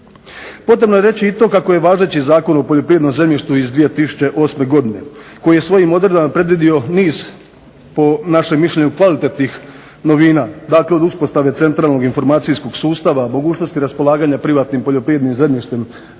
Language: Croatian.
Potrebno je reći i to kako je važeći Zakon o poljoprivrednom zemljištu iz 2008. godine koji je svojim odredbama predvidio niz po našem mišljenju kvalitetnih novina, dakle od uspostave centralnog informacijskog sustava, mogućnosti raspolaganja privatnim poljoprivrednim zemljištem,